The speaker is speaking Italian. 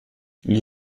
gli